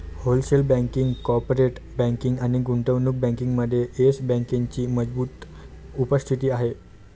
wholesale banking, corporate banking आणि गुंतवणूक बँकिंगमध्ये येस बँकेची मजबूत उपस्थिती आहे